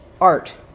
art